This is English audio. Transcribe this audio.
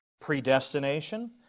predestination